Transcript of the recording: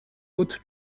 haute